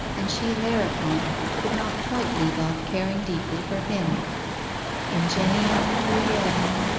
and she thereupon could not quite leave off caring deeply for him ingenium mulierum,